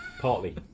Partly